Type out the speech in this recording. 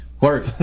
Work